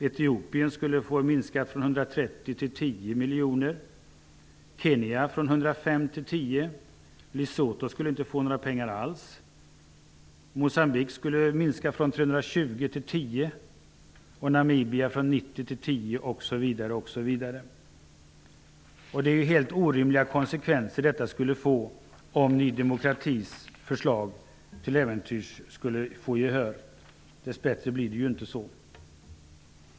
Etiopien skulle få biståndet minskat från 130 till 10 miljoner, Kenya från 105 till 10 miljoner. Lesotho skulle inte få några pengar alls. För Moçambiques del skulle biståndet minska från 320 till 10 miljoner, för Konsekvenserna skulle alltså bli helt orimliga om Ny demokratis förslag till äventyrs skulle få gehör. Dess bättre blir det ju inte så.